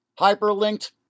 hyperlinked